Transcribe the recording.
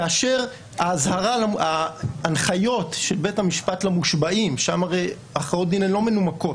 כאשר ההנחיות של בית המשפט למושבעים שם הרי הכרעות הדין לא מנומקות